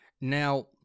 Now